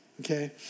okay